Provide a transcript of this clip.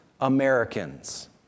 Americans